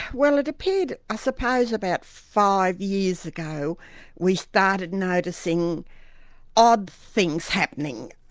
well it appeared i suppose about five years ago we started noticing odd things happening.